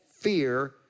fear